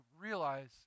realize